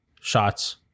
shots